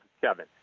Kevin